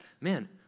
man